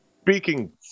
speaking